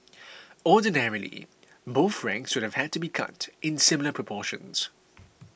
ordinarily both ranks would have had to be cut in similar proportions